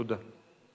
תודה.